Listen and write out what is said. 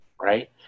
right